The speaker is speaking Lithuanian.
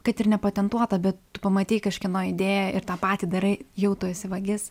kad ir nepatentuota bet tu pamatei kažkieno idėją ir tą patį darai jau tu esi vagis